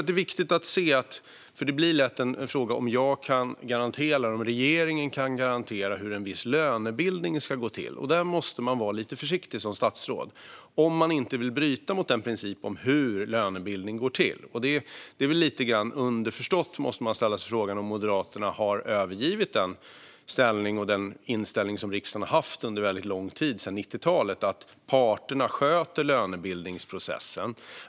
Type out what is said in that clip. Det blir lätt till en fråga om jag eller regeringen kan garantera hur en viss lönebildning ska gå till. Där måste man vara lite försiktig som statsråd om man inte vill bryta mot principen om hur lönebildning går till. Det är lite grann underförstått. Man måste ställa sig frågan om Moderaterna har övergivit den inställning som riksdagen har haft sedan väldigt lång tid, sedan 90-talet, att parterna sköter lönebildningsprocessen.